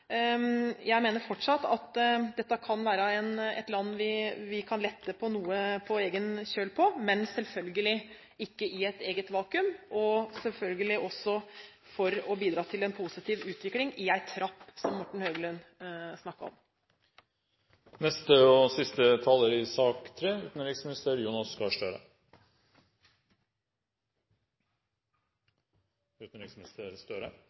Jeg mener fortsatt at dette kan være et land vi på egen kjøl kan lette på sanksjoner overfor, men selvfølgelig ikke i et eget vakuum, og selvfølgelig for å bidra til en positiv utvikling, som Morten Høglund snakket om. Dette er den andre debatten vi har om dette i år, og jeg føler at Stortinget og regjeringen er i god dialog om